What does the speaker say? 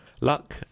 Luck